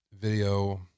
video